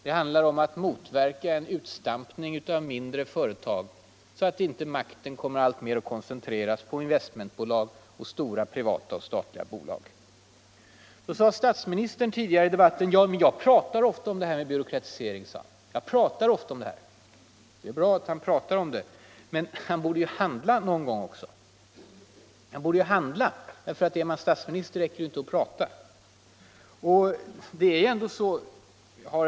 Det handlar om att motverka en utstampning av mindre företag så att inte makten alltmer kommer att koncentreras till investmentbolag och stora privata och statliga bolag. Statsministern sade tidigare i debatten: Jag pratar ofta om det här med byråkratisering. Ja, det är bra att han pratar om det, men han borde handla någon gång också. Är man statsminister räcker det inte med att prata.